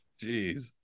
Jeez